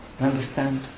Understand